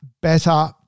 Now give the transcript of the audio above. better